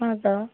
ହଁ ତ